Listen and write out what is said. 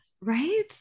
Right